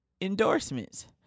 endorsements